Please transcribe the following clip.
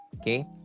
okay